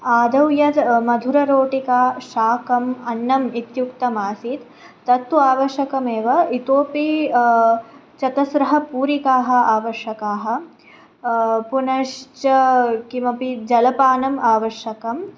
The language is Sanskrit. आदौ या मधुररोटिका शाकम् अन्नम् इत्युक्तमासीत् तत्तु आवश्यकमेव इतोऽपि चतस्रः पूरिकाः आवश्यकाः पुनश्च किमपि जलपानम् आवश्यकं